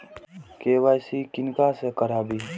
KYC किनका से कराबी?